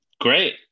Great